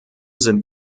sind